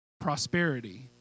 prosperity